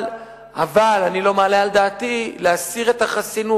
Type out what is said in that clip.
אבל אני לא מעלה על דעתי להסיר את החסינות